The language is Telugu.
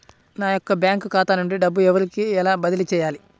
నా యొక్క బ్యాంకు ఖాతా నుండి డబ్బు వేరొకరికి ఎలా బదిలీ చేయాలి?